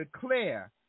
declare